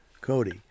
Cody